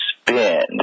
spend